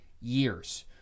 years